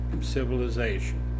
civilization